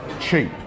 cheap